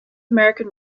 american